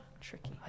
Tricky